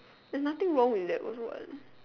there's nothing wrong with that also what